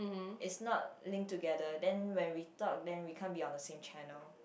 is not link together then when we talk we can't be the same channel